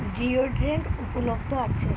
deodorant উপলব্ধ আছে